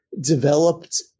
developed